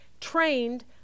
trained